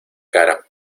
cara